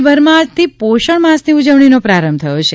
રાજ્યભરમાં આજથી પોષણ માસની ઉજવણીનો પ્રારંભ થયો છે